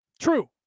True